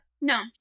no